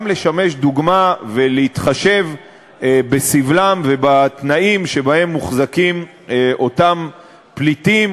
גם לשמש דוגמה ולהתחשב בסבלם ובתנאים שבהם מוחזקים אותם פליטים,